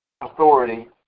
authority